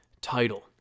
title